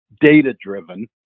data-driven